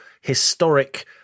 historic